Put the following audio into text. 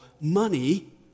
money